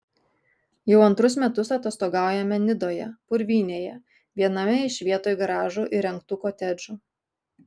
jau antrus metus atostogaujame nidoje purvynėje viename iš vietoj garažų įrengtų kotedžų